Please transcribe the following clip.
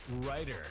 writer